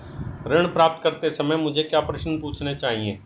ऋण प्राप्त करते समय मुझे क्या प्रश्न पूछने चाहिए?